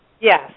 Yes